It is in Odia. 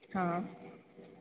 ହଁ